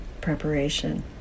preparation